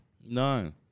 No